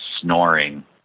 snoring